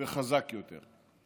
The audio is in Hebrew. וחזק יותר.